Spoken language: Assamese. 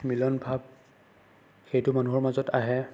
মিলন ভাৱ সেইটো মানুহৰ মাজত আহে